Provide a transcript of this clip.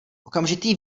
okamžitý